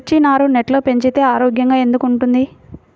మిర్చి నారు నెట్లో పెంచితే ఆరోగ్యంగా ఎందుకు ఉంటుంది?